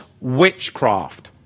witchcraft